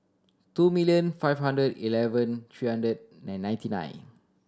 two milllion five hundred eleven three hundred nine ninety nine